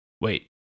Wait